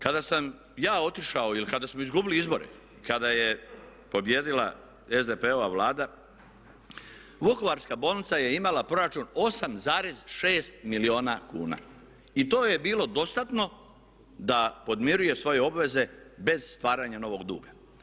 Kada sam ja otišao ili kada smo izgubili izbore, kada je pobijedila SDP-ova Vlada Vukovarska bolnica je imala proračun 8,6 milijuna kuna i to joj je bilo dostatno da podmiruje svoje obveze bez stvaranja novog duga.